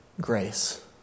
grace